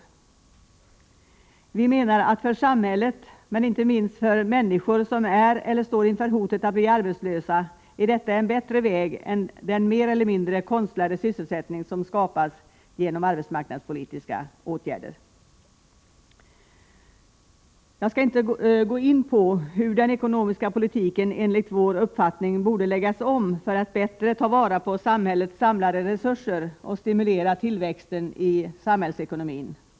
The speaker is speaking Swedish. Vi menar att för samhället, och inte minst för människor som är — eller står inför hotet att bli — arbetslösa, är detta en bättre väg än den mer eller mindre konstlade sysselsättning som skapas genom arbetsmarknadspolitiska åtgärder. Jag skall inte nu gå in på hur den ekonomiska politiken enligt vår uppfattning borde läggas om för att bättre ta vara på samhällets samlade resurser och stimulera tillväxten i samhällsekonomin.